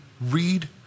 read